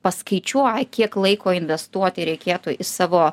paskaičiuoj kiek laiko investuoti reikėtų į savo